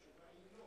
התשובה היא לא.